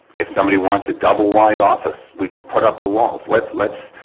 if somebody wants a double-wide office, we can put up the walls. let let's